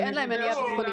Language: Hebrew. כי אין להם מניעה ביטחונית?